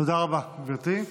תודה רבה, גברתי.